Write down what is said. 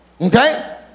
Okay